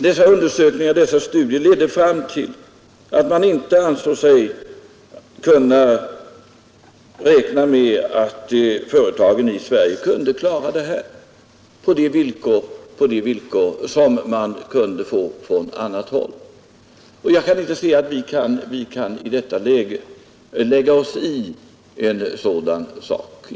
Dessa undersökningar och studier ledde fram till att man inte ansåg sig kunna räkna med att de svenska företagen kunde klara detta på de villkor som man kunde få på annat håll. Jag kan inte finna att vi i detta läge kan lägga oss i en sådan fråga.